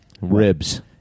Ribs